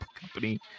company